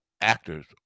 actors